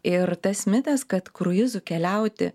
ir tas mitas kad kruizu keliauti